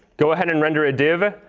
go ahead and render a div,